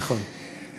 נכון.